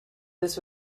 this